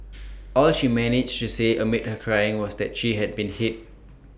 all she managed to say amid her crying was that she had been hit